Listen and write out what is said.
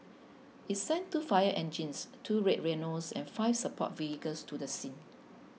it sent two fire engines two Red Rhinos and five support vehicles to the scene